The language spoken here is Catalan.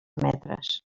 metres